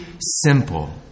simple